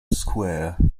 square